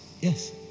Yes